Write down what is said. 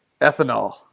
Ethanol